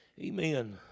Amen